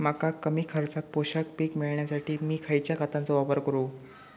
मका कमी खर्चात पोषक पीक मिळण्यासाठी मी खैयच्या खतांचो वापर करू?